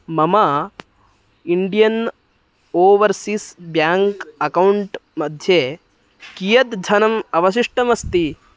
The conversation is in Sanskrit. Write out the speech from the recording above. मम इण्डियन् ओवर्सीस् ब्याङ्क् अकौण्ट् मध्ये कियद् धनम् अवशिष्टमस्ति